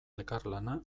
elkarlana